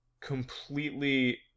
completely